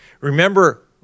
Remember